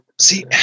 See